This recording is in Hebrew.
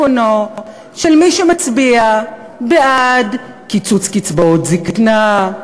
הונו של מי שמצביע בעד קיצוץ קצבאות הזיקנה,